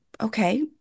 okay